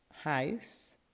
house